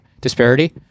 disparity